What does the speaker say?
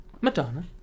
Madonna